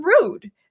rude